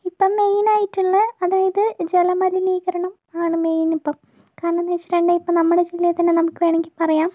ഇപ്പം മെയിനായിട്ടുള്ളൊരു അതായത് ജല മലിനീകരണം ആണ് മെയിന് ഇപ്പം കാരണം എന്താ വെച്ചിട്ടുണ്ടങ്കിൽ നമ്മുടെ ജില്ലേത്തന്നെ നമുക്ക് വേണമെങ്കിൽ പറയാം